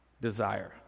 Desire